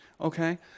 Okay